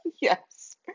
yes